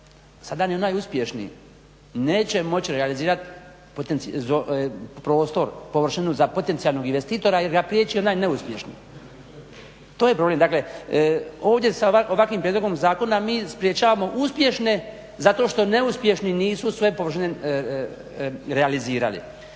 sada ni onaj uspješni neće moći realizirati prostor, površinu za potencijalnog investitora jer ga priječi onaj neuspješni. To je problem. Dakle, ovdje sa ovakvim prijedlogom zakona mi sprječavamo uspješne zato što neuspješni nisu sve površine realizirali.